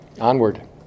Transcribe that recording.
Onward